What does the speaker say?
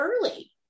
early